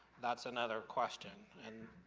that's another question. and